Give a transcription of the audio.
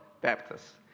Baptists